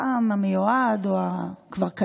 הפעם המיועד או הקיים כבר,